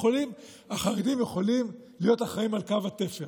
החרדים יכולים להיות אחראים לקו התפר.